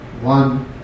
one